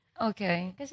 Okay